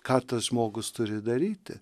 ką tas žmogus turi daryti